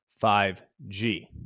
5G